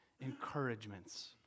encouragements